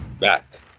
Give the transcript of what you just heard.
back